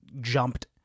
jumped